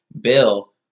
Bill